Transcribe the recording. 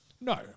No